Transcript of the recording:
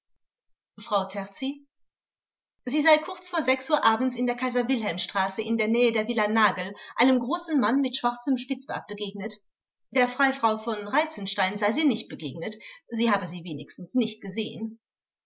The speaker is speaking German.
frau terci sie sei kurz vor sechs uhr abends in der kaiser wilhelm straße in der nähe der villa nagel einem großen mann mit schwarzem spitzbart begegnet der freifrau v reitzenstein sei sie nicht begegnet sie habe sie wenigstens nicht gesehen